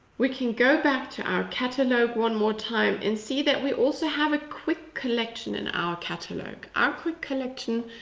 we can go back to our catalogue one more time, and see that we also have a quick collection in our catalogue. our quick collection,